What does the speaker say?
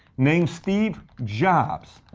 named steve jobs.